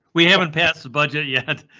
we haven't passed a budget yet.